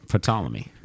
Ptolemy